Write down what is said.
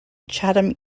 chatham